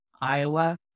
Iowa